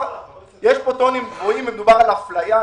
יש פה טונים גבוהים, מדברים על אפליה.